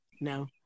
no